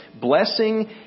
Blessing